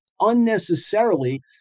unnecessarily